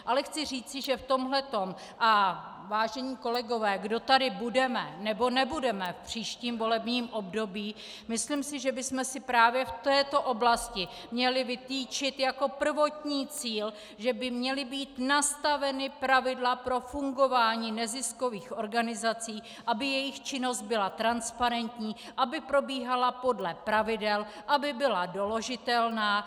Ale chci říci, že v tomhle tom, a vážení kolegové, kdo tady budeme, nebo nebudeme v příštím volebním období, myslím si, že bychom si měli právě v téhle oblasti měli vytyčit jako prvotní cíl, že by měla být nastavena pravidla pro fungování neziskových organizací, aby jejich činnost byla transparentní, aby probíhala podle pravidel, aby byla doložitelná.